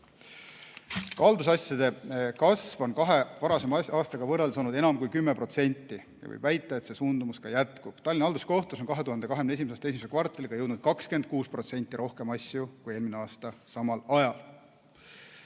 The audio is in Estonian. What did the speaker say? Haldusasjade kasv on kahe varasema aastaga võrreldes olnud enam kui 10%. Võib väita, et see suundumus jätkub. Tallinna Halduskohtusse on 2021. aasta esimese kvartaliga jõudnud 26% rohkem asju kui eelmine aasta samal ajal.